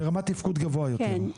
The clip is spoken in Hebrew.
ברמת תפקוד גבוהה יותר?